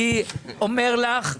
אני אומר לך,